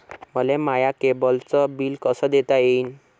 मले माया केबलचं बिल कस देता येईन?